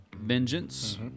Vengeance